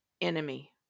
enemy